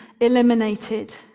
eliminated